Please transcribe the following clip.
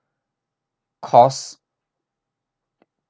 course